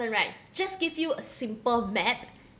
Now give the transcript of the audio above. right just give you a simple map